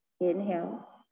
Inhale